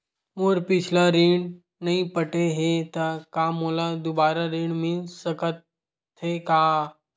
मोर पिछला ऋण नइ पटे हे त का मोला दुबारा ऋण मिल सकथे का?